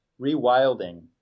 rewilding